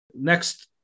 Next